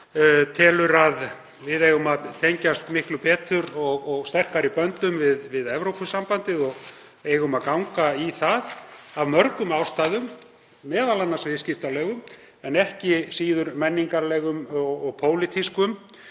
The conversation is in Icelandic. telur að við eigum að tengjast miklu betur og sterkari böndum við Evrópusambandið og eigum að ganga í það af mörgum ástæðum, m.a. viðskiptalegum en ekki síður af menningarlegum og pólitískum